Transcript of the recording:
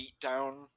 beatdown